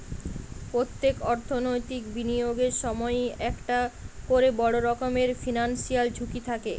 পোত্তেক অর্থনৈতিক বিনিয়োগের সময়ই একটা কোরে বড় রকমের ফিনান্সিয়াল ঝুঁকি থাকে